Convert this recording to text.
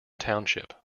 township